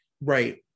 Right